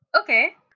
Okay